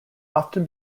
often